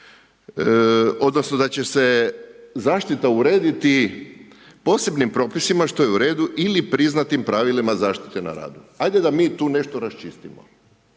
odnosno, da će se zaštita urediti posebnim propisima što je u redu ili priznatim pravilima zaštite na radu. Ajde da mi tu nešto raščistimo.